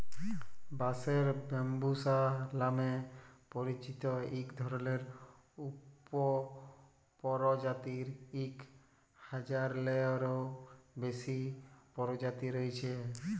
বাঁশের ব্যম্বুসা লামে পরিচিত ইক ধরলের উপপরজাতির ইক হাজারলেরও বেশি পরজাতি রঁয়েছে